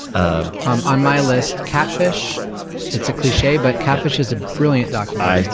ah um on my list, catfish it's a cliche but catfish is a brilliant documentary.